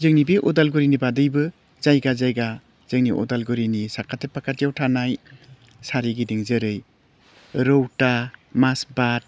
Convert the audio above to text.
जोंनि बे उदालगुरिनि बादैबो जायगा जायगा जोंनि उदालगुरिनि साखाथि फाखाथियाव थानाय सारिगिदिं जेरै रौथा मासबाद